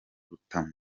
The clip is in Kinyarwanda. rutamu